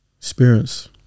experience